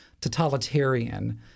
totalitarian